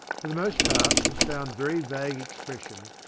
for the most part it has found very vague expression,